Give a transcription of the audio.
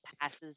passes